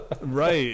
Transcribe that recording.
right